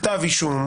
כתב אישום,